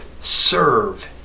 serve